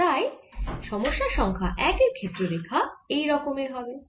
আর তাই সমস্যা সংখ্যা 1 এর ক্ষেত্র রেখা এই রকমের হবে